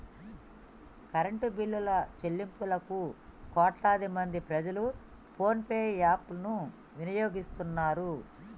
current బిల్లుల చెల్లింపులకు కోట్లాది మంది ప్రజలు ఫోన్ పే యాప్ ను వినియోగిస్తున్నరు